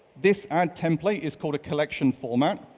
this ad template is called a collection format.